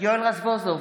יואל רזבוזוב,